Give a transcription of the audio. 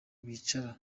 bicara